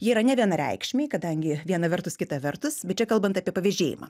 jie yra nevienareikšmiai kadangi viena vertus kita vertus bet čia kalbant apie pavėžėjimą